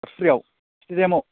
बाथौफुरियाव स्टुडियामआव